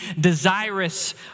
desirous